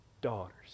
daughters